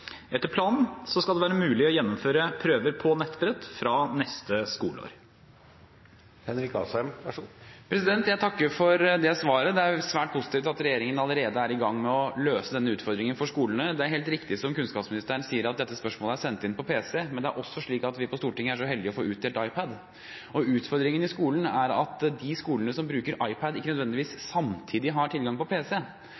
Etter planen skal det være mulig å gjennomføre prøver på nettbrett fra neste skoleår. Jeg takker for svaret. Det er svært positivt at regjeringen allerede er i gang med å løse denne utfordringen for skolene. Det er helt riktig som kunnskapsministeren sier, at dette spørsmålet er sendt inn på pc, men det er også slik at vi på Stortinget er så heldige å få utdelt iPad. Utfordringen i skolen er at de skolene som bruker iPad, ikke nødvendigvis samtidig har tilgang på pc.